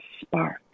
spark